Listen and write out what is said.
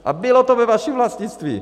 A bylo to ve vašem vlastnictví!